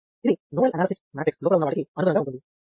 ఇది nodal analysis matrix లోపల ఉన్న వాటికి అనుగుణంగా ఉంటుంది